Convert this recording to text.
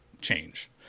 change